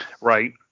Right